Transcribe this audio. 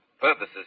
purposes